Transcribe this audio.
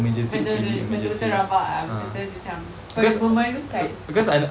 betul betul betul betul rabak ah macam betul betul macam for a moment kan